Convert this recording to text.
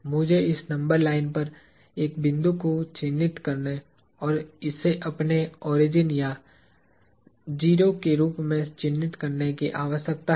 मुझे इस number line पर एक बिंदु को चिह्नित करने और इसे अपने ओरिजिन या 0 के रूप में चिह्नित करने की आवश्यकता है